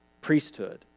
priesthood